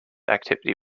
activity